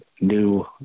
new